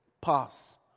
pass